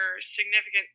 significant